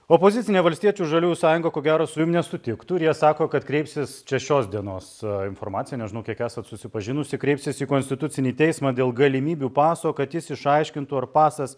opozicinė valstiečių ir žaliųjų sąjunga ko gero su jum nesutiktų ir jie sako kad kreipsis čia šios dienos informacija nežinau kiek esat susipažinusi kreipsis į konstitucinį teismą dėl galimybių paso kad jis išaiškintų ar pasas